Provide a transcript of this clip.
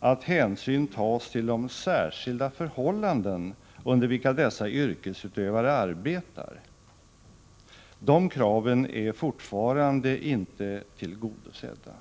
att hänsyn tas till de särskilda förhållanden under vilka dessa yrkesutövare arbetar. De kraven är fortfarande inte tillgodosedda.